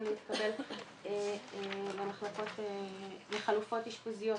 להתקבל למחלקות לחלופות אשפוזיות.